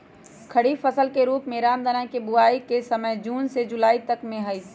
खरीफ फसल के रूप में रामदनवा के बुवाई के समय जून से जुलाई तक में हई